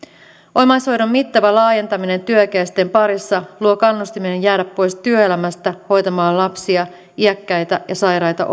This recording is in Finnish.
omaishoidon mittava laajentaminen työikäisten parissa luo kannustimen jäädä pois työelämästä hoitamaan lapsia sekä iäkkäitä ja sairaita